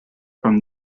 from